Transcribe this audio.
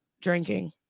Drinking